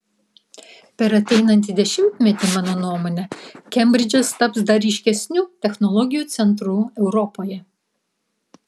per ateinantį dešimtmetį mano nuomone kembridžas taps dar ryškesniu technologijų centru europoje